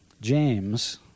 James